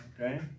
okay